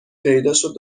پیداشد